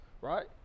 right